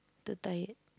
too tired